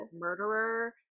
Murderer